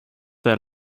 their